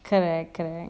correct correct